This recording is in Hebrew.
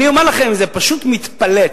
אני אומר לכם, זה פשוט, מתפלץ.